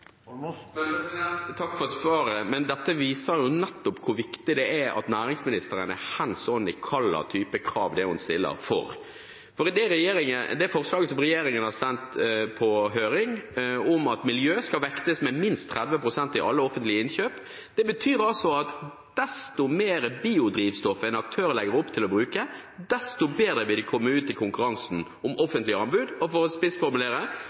Takk for svaret, men dette viser nettopp hvor viktig det er at næringsministeren er «hands on» i hva slags type krav det er hun stiller. Det forslaget som regjeringen har sendt på høring om at miljø skal vektes med minst 30 pst. i alle offentlige innkjøp, betyr at jo mer biodrivstoff en aktør legger opp til å bruke, desto bedre vil de komme ut i konkurransen om offentlige anbud. Og for å spissformulere: